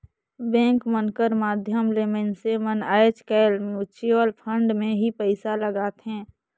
bank मन कर माध्यम ले मइनसे मन आएज काएल म्युचुवल फंड में ही पइसा लगाथें